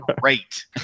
great